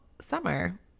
summer